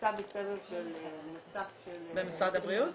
נמצא בסבב נוסף במשרד הבריאות.